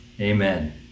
Amen